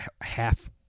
Half